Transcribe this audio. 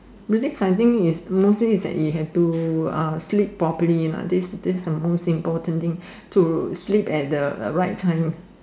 relax I think is mostly is that you have to uh sleep properly lah this this is the most important thing to sleep at the right time